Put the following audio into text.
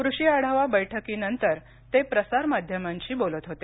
कृषी आढावा बैठकीनंतर ते प्रसार माध्यमांशी बोलत होते